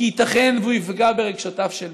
כי ייתכן שהוא יפגע ברגשותיו של מישהו.